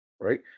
right